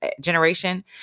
generation